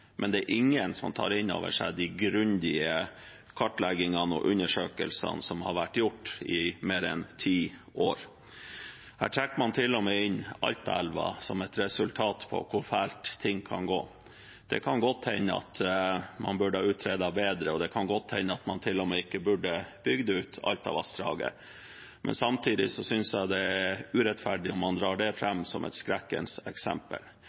men det er ingen som tar inn over seg de grundige kartleggingene og undersøkelsene som har vært gjort i mer enn ti år. Her trekker man til og med inn Altaelva som et resultat av hvor fælt ting kan gå. Det kan godt hende at man burde ha utredet bedre, og det kan godt hende at man til og med ikke burde bygd ut Altavassdraget, men samtidig synes jeg det er urettferdig om man drar det fram som et skrekkens eksempel.